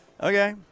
Okay